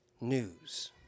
news